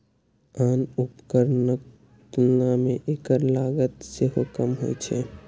आन उपकरणक तुलना मे एकर लागत सेहो कम होइ छै